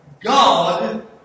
God